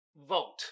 vote